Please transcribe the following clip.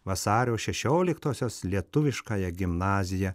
vasario šešioliktosios lietuviškąją gimnaziją